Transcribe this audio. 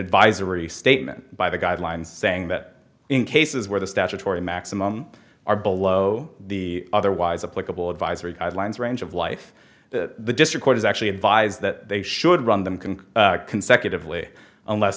advisory statement by the guidelines saying that in cases where the statutory maximum are below the otherwise a political advisory guidelines range of life that the district court is actually advised that they should run them can consecutively unless